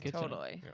yeah totally. yeah